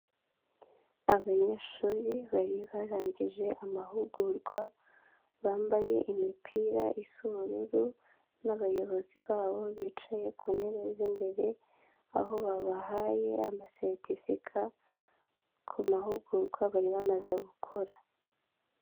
Abanyeshuri bari barangije amahugurwa, bambaye imipira isa ubururu, n'abayobozi babo bicaye ku ntebe z'imbere, aho babahaye amaseretifika ku mahugurwa bari bamaze gukora.